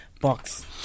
box